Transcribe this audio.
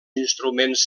instruments